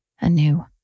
anew